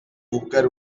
buscar